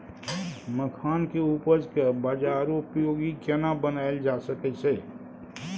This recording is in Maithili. मखान के उपज के बाजारोपयोगी केना बनायल जा सकै छै?